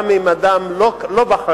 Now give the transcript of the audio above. גם אם אדם לא בחיים,